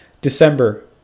December